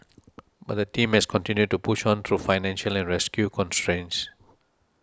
but the team has continued to push on through financial and rescue constraints